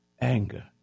anger